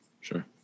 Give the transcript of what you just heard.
Sure